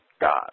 God